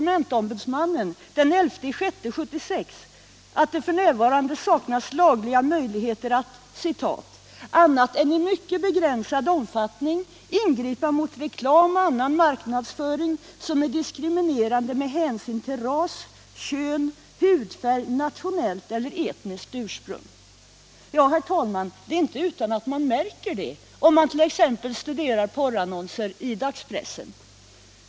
möjligheter att — annat än i mycket begränsad utsträckning — ingripa mot reklam och annan marknadsföring som är diskriminerande med hänsyn till ras, kön, hudfärg, nationellt eller etniskt ursprung”. Ja, herr talman, det är icke utan att man märker det, om man t.ex. studerar porrannonser i dagspressen!